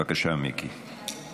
בבקשה, מיקי.